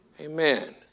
Amen